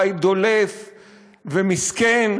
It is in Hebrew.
בית דולף ומסכן,